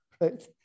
right